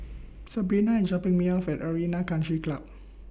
Sabrina IS dropping Me off At Arena Country Club